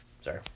Sorry